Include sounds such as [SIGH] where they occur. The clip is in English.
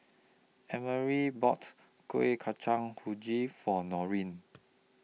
Emory bought Kueh Kacang [UNINTELLIGIBLE] For Noreen